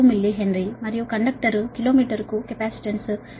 2 millihenry మరియు conductor kilo మీటరుకు capacitance 0